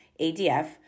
ADF